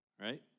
Right